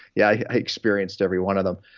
yeah, i experienced every one of them.